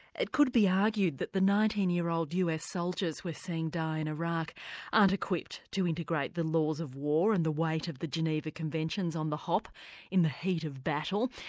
it could be argued that the nineteen year old us soldiers we're seeing die in iraq aren't equipped to integrate the laws of war and the weight of the geneva conventions on the hop in the heat of battle.